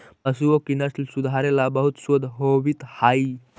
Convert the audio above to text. पशुओं की नस्ल सुधारे ला बहुत शोध होवित हाई